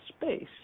space